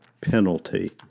penalty